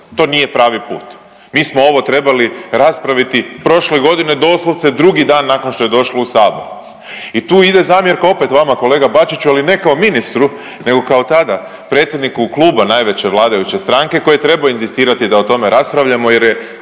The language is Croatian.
to nije pravi put. Mi smo ovo trebali raspraviti prošle godine doslovce drugi dan nakon što je došlo u sabor i tu ide zamjerka opet vama kolega Bačiću, ali ne kao ministru nego kao tada predsjedniku kluba najveće vladajuće stranke koji je trebao inzistirati da o tome raspravljamo jer je